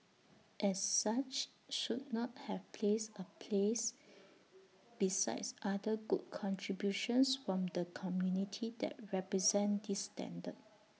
as such should not have place A place besides other good contributions from the community that represent this standard